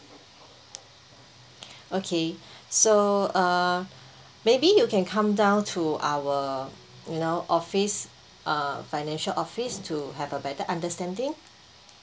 okay so err maybe you can come down to our you know office uh financial office to have a better understanding